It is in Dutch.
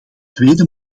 tweede